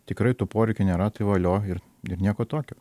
tikrai tų poreikių nėra tai valio ir ir nieko tokio